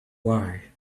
why